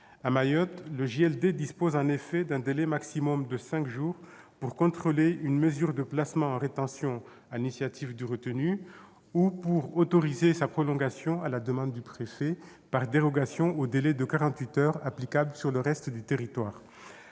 À Mayotte, le JLD dispose en effet d'un délai maximal de cinq jours pour contrôler une mesure de placement en rétention, sur l'initiative du retenu, ou pour autoriser sa prolongation, à la demande du préfet, par dérogation au délai de quarante-huit heures applicable sur le reste du territoire.